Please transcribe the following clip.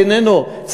שאיננו כאן?